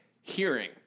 Hearing